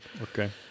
Okay